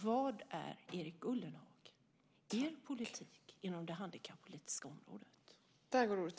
Vad är, Erik Ullenhag, er politik inom det handikappolitiska området?